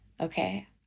okay